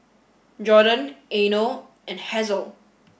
Jordon Eino and Hazle